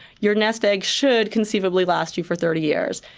your nest egg should conceivably last you for thirty years.